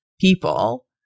people